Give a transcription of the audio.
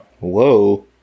Whoa